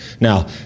Now